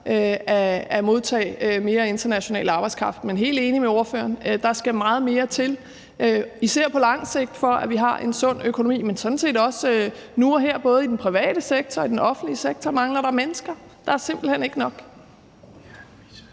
at modtage mere international arbejdskraft. Men jeg er helt enig med spørgeren: Der skal meget mere til for at sørge for, at vi har en sund økonomi, især på lang sigt, men sådan set også nu og her. Både i den private sektor og i den offentlige sektor mangler der mennesker. Der er simpelt hen ikke nok.